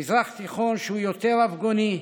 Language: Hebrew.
מזרח תיכון שהוא יותר רב-גוני,